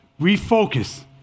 refocus